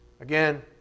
Again